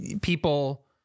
people